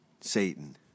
Satan